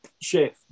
Chef